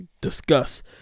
discuss